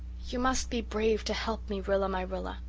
you must be brave to help me, rilla-my-rilla.